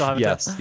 yes